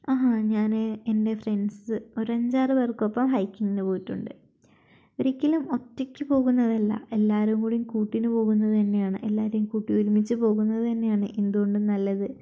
ആഹ് ഞാൻ എൻ്റെ ഫ്രണ്ട്സ് ഒരു അഞ്ചാറു പേർക്കൊപ്പം ഹൈക്കിങ്ങിനു പോയിട്ടുണ്ട് ഒരിക്കലും ഒറ്റയ്ക്കു പോകുന്നതല്ല എല്ലാവരും കൂടി കൂട്ടിനു പോകുന്നതു തന്നെയാണ് എല്ലാവരേയും കൂട്ടി ഒരുമിച്ചു പോകുന്നതു തന്നെയാണ് എന്തുകൊണ്ടും നല്ലത്